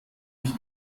ich